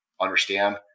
understand